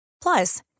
Plus